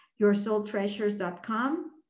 YourSoulTreasures.com